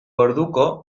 orduko